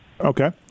okay